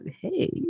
hey